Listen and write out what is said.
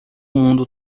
mundo